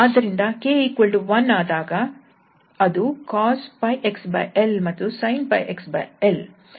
ಆದ್ದರಿಂದ 𝑘 1 ಆದಾಗ ಅದು cosxl ಮತ್ತು sinxl